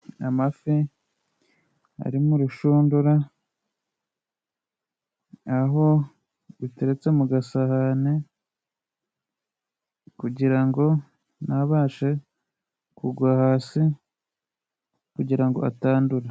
Amafi ari mu rushundura, aho ruteretse mu gasahane kugira ngo ntabashe kugwa hasi kugira ngo atandura.